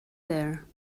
there